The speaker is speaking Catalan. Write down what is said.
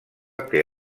que